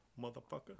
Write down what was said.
motherfucker